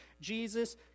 Jesus